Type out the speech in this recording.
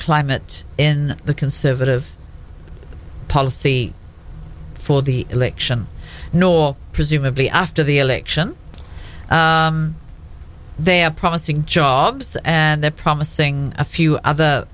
climate in the conservative policy for the election nor presumably after the election they are promising jobs and they're promising a few othe